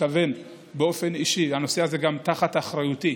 מתכוון באופן אישי, והנושא הזה גם תחת אחריותי,